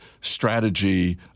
strategy